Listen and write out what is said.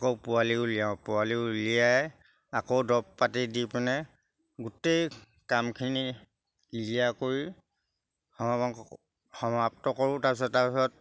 আকৌ পোৱালি উলিয়াওঁ পোৱালি উলিয়াই আকৌ দৰৱ পাতি দি পিনে গোটেই কামখিনি ক্লিয়াৰ কৰি সমাপ্ত কৰোঁ তাৰপিছত তাৰপিছত